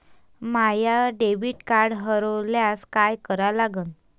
माय debit card हरोल्यास काय करा लागन?